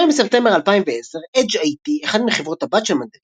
ב־2 בספטמבר 2010 "Edge IT" - אחת מחברות הבת של מנדריבה,